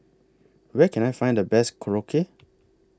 Where Can I Find The Best Korokke